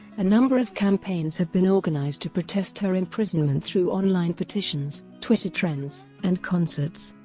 a number of campaigns have been organized to protest her imprisonment through online petitions, twitter trends, and concerts.